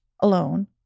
alone